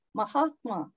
Mahatma